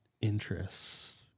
Interests